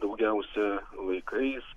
daugiausia laikais